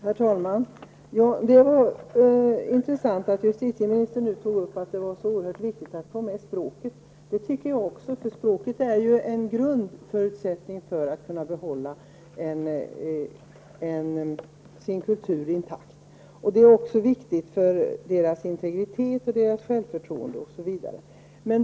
Herr talman! Det var intressant att höra justitieministern säga att det är oerhört viktigt att beakta språket. Det tycker jag också. Språket är ju en grundförutsättning för att samerna skall kunna behålla sin kultur intakt. Det är också viktigt för deras integritet, självförtroende osv.